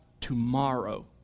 tomorrow